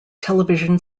television